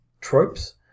tropes